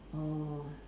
oh